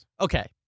Okay